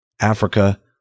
Africa